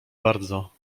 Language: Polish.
bardzo